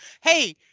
Hey